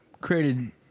created